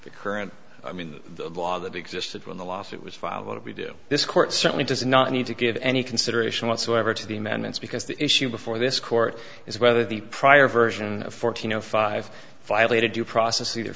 the current i mean the law that existed when the lawsuit was filed but we do this court certainly does not need to give any consideration whatsoever to the amendments because the issue before this court is whether the prior version fourteen zero five violated due process either